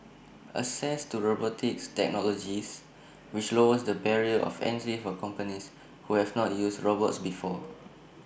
access to robotics technologies which lowers the barrier of entry for companies who have not used robots before